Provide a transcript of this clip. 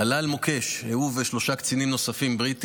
עלה על מוקש, הוא ושלושה קצינים בריטים.